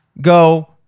go